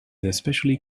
especially